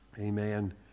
Amen